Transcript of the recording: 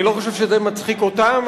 אני לא חושב שזה מצחיק אותם,